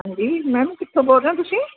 ਹਾਂਜੀ ਮੈਮ ਕਿੱਥੋਂ ਬੋਲ ਰਹੇ ਹੋ ਤੁਸੀਂ